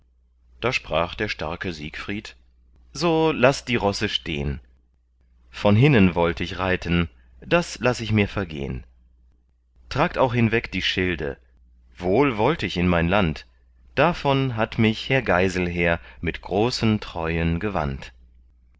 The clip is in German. da sprach der starke siegfried so laßt die rosse stehn von hinnen wollt ich reiten das laß ich mir vergehn tragt auch hinweg die schilde wohl wollt ich in mein land davon hat mich herr geiselher mit großen treuen gewandt